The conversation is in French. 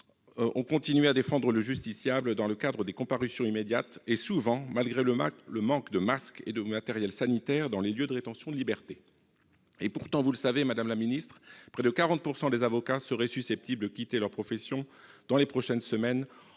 ont continué à défendre le justiciable dans le cadre des comparutions immédiates, et souvent malgré le manque de masques et de matériel sanitaire dans les lieux de rétention de liberté. Pourtant- vous le savez, madame la garde des sceaux -près de 40 % des avocats sont susceptibles de quitter leur profession dans les prochaines semaines